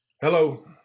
Hello